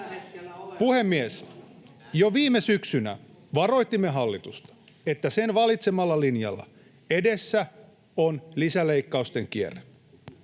Puhemies! Jo viime syksynä varoitimme hallitusta, että sen valitsemalla linjalla edessä on lisäleikkausten kierre.